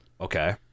Okay